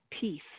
peace